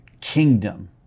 kingdom